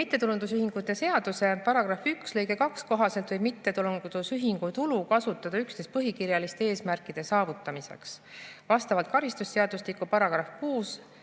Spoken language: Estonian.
Mittetulundusühingute seaduse § 1 lõike 2 kohaselt võib mittetulundusühingu tulu kasutada üksnes põhikirjaliste eesmärkide saavutamiseks. Vastavalt karistusseadustiku § 6